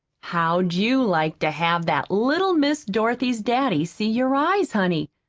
how'd you like to have that little miss dorothy's daddy see your eyes, honey,